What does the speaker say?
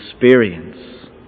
experience